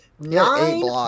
nine